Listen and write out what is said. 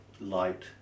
light